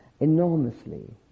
enormously